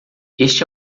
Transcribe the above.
este